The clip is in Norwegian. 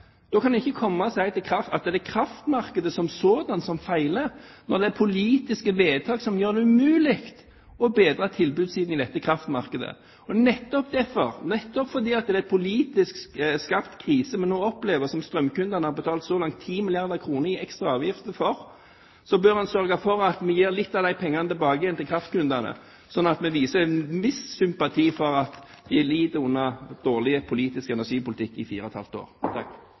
Da kan en ikke komme og si at det er kraftmarkedet som sådant som feiler, når det er politiske vedtak som gjør det umulig å bedre tilbudssiden i dette kraftmarkedet. Og nettopp derfor, nettopp fordi det er en politisk skapt krise vi nå opplever – som strømkundene så langt har betalt 10 milliarder kr i ekstra avgifter for – bør vi sørge for at vi gir litt av de pengene tilbake til kraftkundene, slik at vi viser en viss sympati for at de har lidd under dårlig politisk energipolitikk i fire og et halvt år.